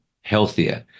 healthier